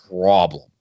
problem